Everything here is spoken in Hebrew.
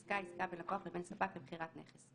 "עסקה" עסקה בין לקוח לבין ספק למכירת נכס,